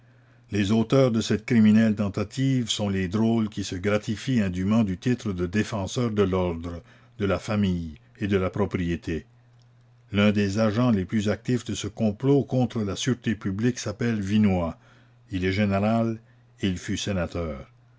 les auteurs de cette criminelle tentative sont les drôles qui se gratifient indûment du titre de défenseurs de l'ordre de la famille et de la propriété l'un des agents les plus actifs de ce complot contre la sûreté publique s'appelle vinoy il est général et il fut sénateur